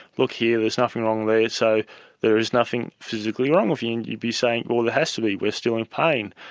look here there's nothing wrong there, so there is nothing physically wrong with you. and you'd be saying well there has to be, we're still in pain,